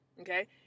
okay